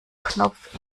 knopf